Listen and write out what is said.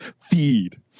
feed